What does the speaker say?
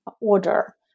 order